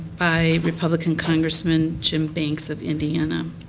by republican congressman jim banks of indiana.